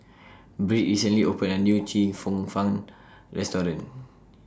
Britt recently opened A New Chee Cheong Fun Restaurant